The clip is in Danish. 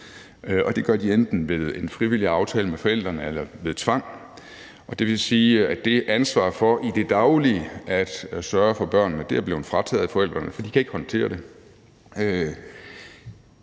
det gør de enten ved en frivillig aftale med forældrene eller med tvang. Og det vil sige, at ansvaret for i det daglige at sørge for børnene er blevet frataget forældrene, for de kan ikke håndtere det.